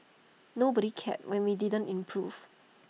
nobody cared when we didn't improve